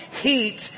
Heat